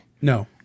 No